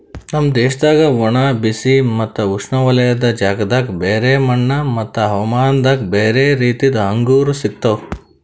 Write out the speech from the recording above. ನಮ್ ದೇಶದಾಗ್ ಒಣ, ಬಿಸಿ ಮತ್ತ ಉಷ್ಣವಲಯದ ಜಾಗದಾಗ್ ಬ್ಯಾರೆ ಮಣ್ಣ ಮತ್ತ ಹವಾಮಾನದಾಗ್ ಬ್ಯಾರೆ ರೀತಿದು ಅಂಗೂರ್ ಸಿಗ್ತವ್